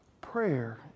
prayer